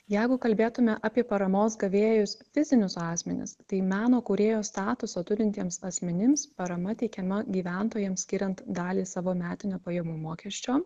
jeigu kalbėtume apie paramos gavėjus fizinius asmenis tai meno kūrėjo statusą turintiems asmenims parama teikiama gyventojams skiriant dalį savo metinio pajamų mokesčio